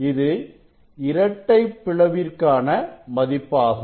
இது இரட்டைப் பிளவு காண மதிப்பாகும்